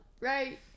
right